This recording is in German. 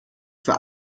für